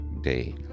day